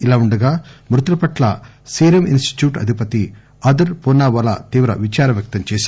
ఇలావుండగా మృతుల పట్ల సీరమ్ ఇన్ స్టిట్యూట్ అధిపతి అదర్ పూనావాలా తీవ్ర విచారం వ్యక్తం చేశారు